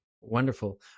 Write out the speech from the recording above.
Wonderful